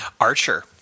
Archer